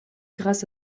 grâce